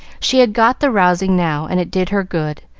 she had got the rousing now, and it did her good,